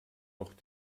noch